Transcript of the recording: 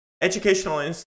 educational